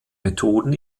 methoden